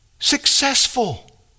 Successful